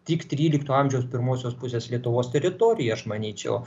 tik trylikto amžiaus pirmosios pusės lietuvos teritorija aš manyčiau